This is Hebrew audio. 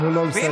תנו לו לסיים.